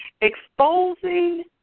exposing